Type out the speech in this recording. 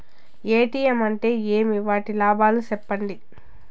ATM అంటే ఏమి? వాటి లాభాలు సెప్పండి